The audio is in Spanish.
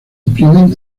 imprimen